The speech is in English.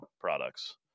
products